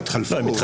הם התחלפו.